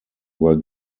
were